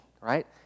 right